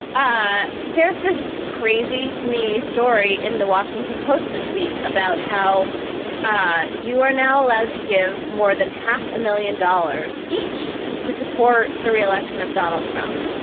ah there's this crazy to me story in the washington post this week about how ah you are now allowed to give more than half a million dollars each to support the re-election of donald trump.